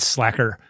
Slacker